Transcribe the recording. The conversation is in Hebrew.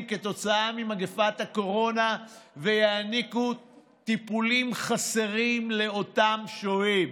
כתוצאה ממגפת הקורונה ויעניקו טיפולים חסרים לאותם שוהים.